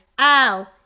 Ow